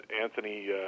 Anthony